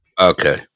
okay